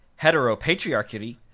heteropatriarchy